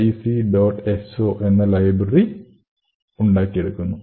so എന്ന library ഉണ്ടാക്കിയെടുക്കുന്നു